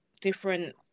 different